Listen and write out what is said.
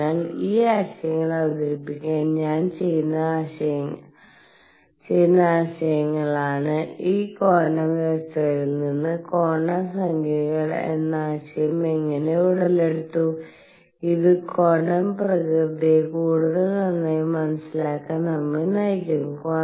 അതിനാൽ ഈ ആശയങ്ങൾ അവതരിപ്പിക്കാൻ ഞാൻ ചെയ്യുന്ന ആശയങ്ങളാണ് ഈ ക്വാണ്ടം അവസ്ഥകളിൽ നിന്ന് ക്വാണ്ടം സംഖ്യകൾ എന്ന ആശയം എങ്ങനെ ഉടലെടുത്തു ഇത് ക്വാണ്ടം പ്രകൃതിയെ കൂടുതൽ നന്നായി മനസ്സിലാക്കാൻ നമ്മെ നയിക്കും